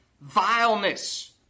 vileness